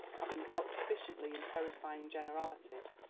having dealt sufficiently in terrifying generalities,